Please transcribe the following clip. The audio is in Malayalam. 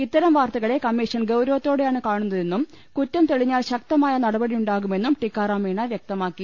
ഇത്തരം വാർത്തകളെ കമ്മീഷൻ ഗൌരവത്തോ ടെയാണ് കാണുന്നതെന്നും കുറ്റം തെളിഞ്ഞാൽ ശക്തമായ നടപടിയുണ്ടാകുമെന്നും ടിക്കാറാം മീണ വൃക്തമാക്കി